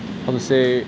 how to say